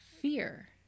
fear